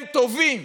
הם טובים